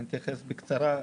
בבקשה.